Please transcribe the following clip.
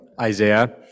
Isaiah